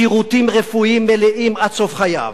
שירותים רפואיים מלאים עד סוף חייו,